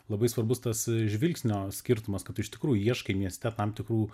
labai svarbus tas žvilgsnio skirtumas kad iš tikrųjų ieškai mieste tam tikrų